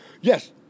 Yes